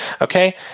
Okay